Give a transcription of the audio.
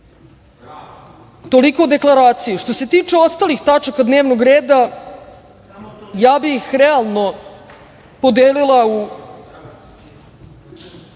Toliko o deklaraciji. Što se tiče ostalih tačaka dnevnog reda, ja bih realno podelila u